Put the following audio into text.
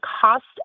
cost